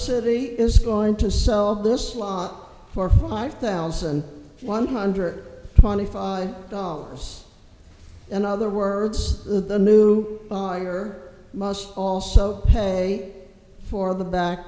city is going to sell this law for five thousand one hundred twenty five dollars in other words the new buyer must also pay for the back